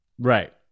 Right